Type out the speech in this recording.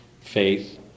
faith